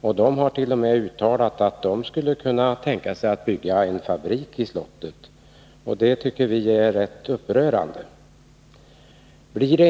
Man har t.o.m. uttalat att man skulle kunna tänka sig att ha en fabrik i slottet. Det tycker vi är rätt upprörande.